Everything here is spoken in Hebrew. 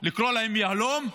לקרוא להם "יהלום",